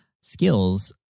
skills